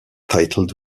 titled